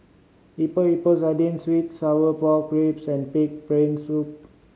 Epok Epok Sardin sweet sour pork ribs and pig brain soup